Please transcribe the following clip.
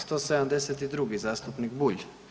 172. zastupnik Bulj.